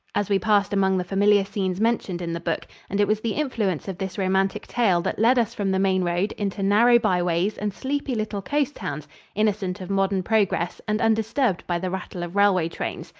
as we passed among the familiar scenes mentioned in the book, and it was the influence of this romantic tale that led us from the main road into narrow byways and sleepy little coast towns innocent of modern progress and undisturbed by the rattle of railways trains.